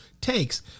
takes